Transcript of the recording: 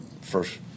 first